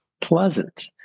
pleasant